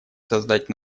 создать